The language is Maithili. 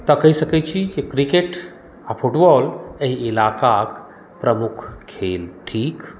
तऽ कहि सकै छी जे क्रिकेट आ फुटबॉल एहि इलाकाक प्रमुख खेल थिक